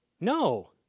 no